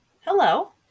Hello